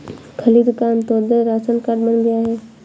खालिद का Antyodaya ration card बन गया है